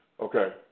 okay